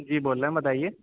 جی بول رہے ہیں ہم بتائیے